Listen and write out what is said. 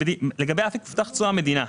לגבי אפיק מובטח תשואה, המדינה.